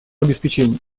обеспечения